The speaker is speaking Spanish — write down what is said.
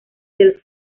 del